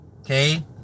okay